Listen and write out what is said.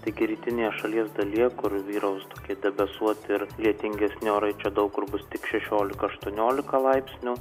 tik rytinėje šalies dalyje kur vyraus tokie debesuoti ir lietingesni orai čia daug kur bus tik šešiolika aštuoniolika laipsnių